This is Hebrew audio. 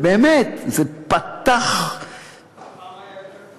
באמת, זה פתח, פעם היה יותר טוב.